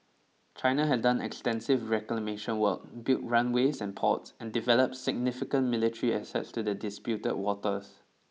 China has done extensive reclamation work built runways and ports and developed significant military assets to the disputed waters